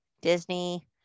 Disney